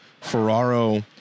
Ferraro